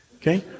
okay